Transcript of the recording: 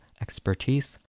Expertise